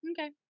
Okay